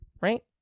right